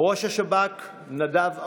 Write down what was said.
ראש השב"כ נדב ארגמן,